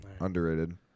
Underrated